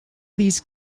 these